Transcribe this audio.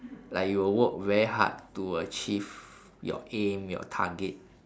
like you will work very hard to achieve your aim your target